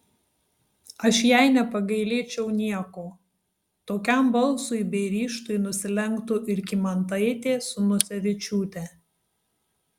aš jai nepagailėčiau nieko tokiam balsui bei ryžtui nusilenktų ir kymantaitė su nosevičiūte